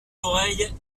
oreilles